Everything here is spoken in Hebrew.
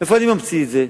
מאיפה אני ממציא את זה.